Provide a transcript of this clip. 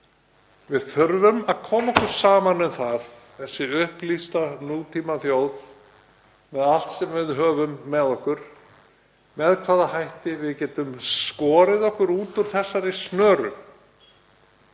Við þurfum að koma okkur saman um það, þessi upplýsta nútímaþjóð með allt sem við höfum með okkur, með hvaða hætti við getum skorið okkur út úr þessari snöru